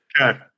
Okay